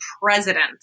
president